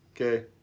Okay